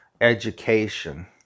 education